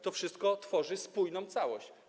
To wszystko tworzy spójną całość.